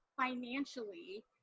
financially